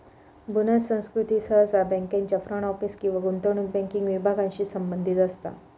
bonus संस्कृती सहसा बँकांच्या फ्रंट ऑफिस किंवा गुंतवणूक बँकिंग विभागांशी संबंधित असता